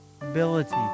ability